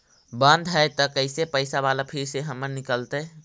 बन्द हैं त कैसे पैसा बाला फिर से हमर निकलतय?